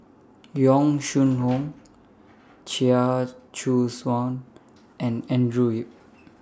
Yong Shu Hoong Chia Choo Suan and Andrew Yip